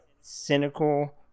cynical